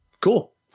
cool